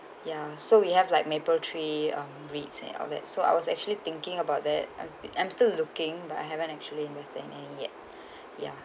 ya so we have like Mapletree um REITs and all that so I was actually thinking about that I'm I'm still looking but I haven't actually invest any yet yeah